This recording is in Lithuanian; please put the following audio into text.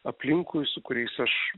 aplinkui su kuriais aš